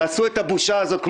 תעשו את הבושה הזאת,